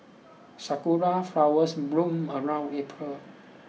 sakura flowers bloom around April